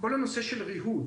כל הנושא של ריהוט